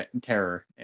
terror